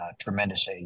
tremendous